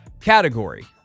category